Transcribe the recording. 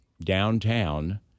downtown